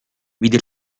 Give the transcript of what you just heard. vide